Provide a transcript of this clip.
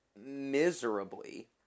miserably